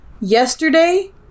yesterday